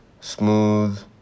smooth